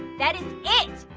that is it!